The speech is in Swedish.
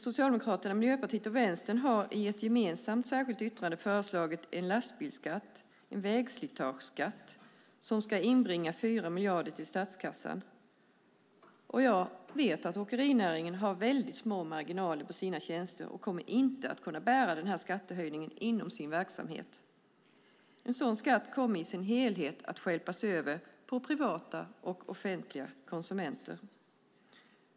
Socialdemokraterna, Miljöpartiet och Vänsterpartiet har i ett gemensamt särskilt yttrande föreslagit en lastbilsskatt, en vägslitageskatt, som ska inbringa 4 miljarder till statskassan. Jag vet att åkerinäringen har väldigt små marginaler på sina tjänster och inte kommer att kunna bära denna skattehöjning inom sin verksamhet. En sådan skatt kommer i sin helhet att stjälpas över på privata och offentliga konsumenter.